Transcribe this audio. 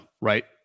right